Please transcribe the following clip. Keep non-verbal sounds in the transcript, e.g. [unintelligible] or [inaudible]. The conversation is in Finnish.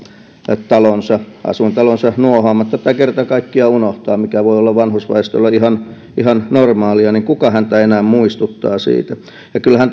asuintalonsa asuintalonsa nuohoamatta tai kerta kaikkiaan unohtaa mikä voi olla vanhusväestölle ihan ihan normaalia kuka häntä enää muistuttaa siitä kyllähän [unintelligible]